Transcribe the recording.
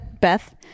beth